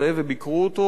וביקרו אותו,